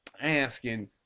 asking